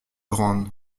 grande